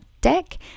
deck